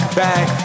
back